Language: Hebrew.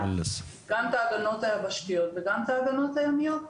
גם את ההגנות היבשתיות וגם את ההגנות הימיות.